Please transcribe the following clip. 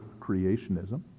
Creationism